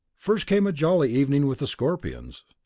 first came a jolly evening with the scorpions.